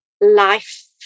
life